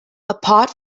apart